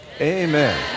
Amen